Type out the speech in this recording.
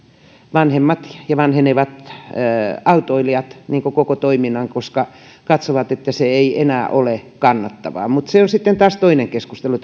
vanhemmat ja vanhenevat autoilijat koko toiminnan koska he katsovat että se ei enää ole kannattavaa mutta tämä taksikeskustelu on sitten taas toinen keskustelu